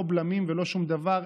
לא בלמים ולא שום דבר,